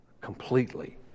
completely